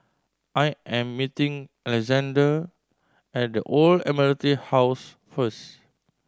I am meeting Alexzander at The Old Admiralty House first